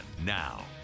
now